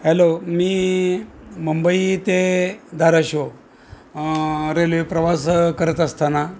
hello मी मुंबई ते Dharashiv railway प्रवास करत असताना